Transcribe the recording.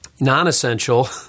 non-essential